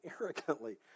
arrogantly